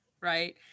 Right